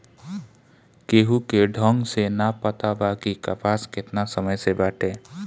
केहू के ढंग से ना पता बा कि कपास केतना समय से बाटे